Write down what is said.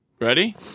Ready